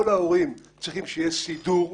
כל ההורים צריכים שיהיה סידור,